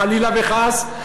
חלילה וחס,